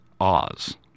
Oz